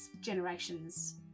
generations